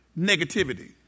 negativity